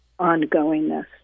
ongoingness